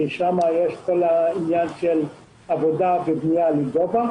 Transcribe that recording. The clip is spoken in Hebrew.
ששם יש בנייה לגובה.